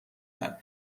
کرد